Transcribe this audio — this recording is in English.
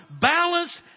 balanced